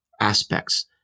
aspects